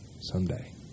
someday